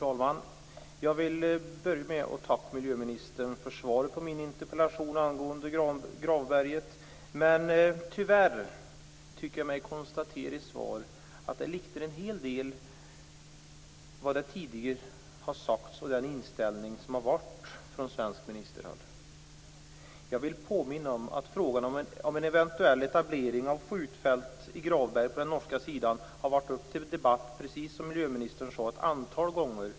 Fru talman! Jag vill börja med att tacka miljöministern för svaret på min interpellation angående Gravberget. Tyvärr konstaterar jag att svaret liknar en hel del vad som tidigare har sagts och den inställning som har varit från svenskt ministerhåll. Jag vill påminna om att frågan om en eventuell etablering av skjutfält i Gravberget på den norska sidan har varit uppe till debatt, precis som miljöministern sade, ett antal gånger.